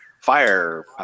fire